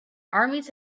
armies